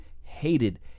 hated